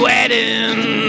Wedding